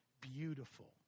beautiful